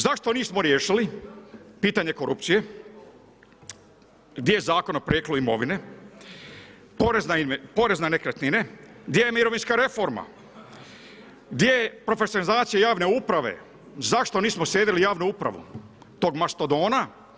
Zašto nismo riješili pitanje korupcije, gdje je Zakon o porijeklu imovine, porez na nekretnine, gdje je mirovinska reforma, gdje je profesionalizacija javne uprave, zašto nismo sredili javnu upravu tog mastodona?